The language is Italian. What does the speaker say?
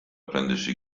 prendersi